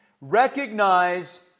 Recognize